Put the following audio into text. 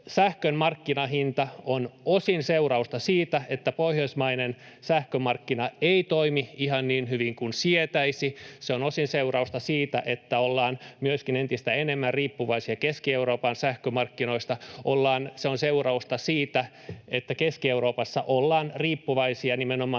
Sähkön markkinahinta on osin seurausta siitä, että pohjoismainen sähkömarkkina ei toimi ihan niin hyvin kuin sietäisi. Se on osin seurausta siitä, että ollaan myöskin entistä enemmän riippuvaisia Keski-Euroopan sähkömarkkinoista. Se on seurausta siitä, että Keski-Euroopassa ollaan riippuvaisia nimenomaan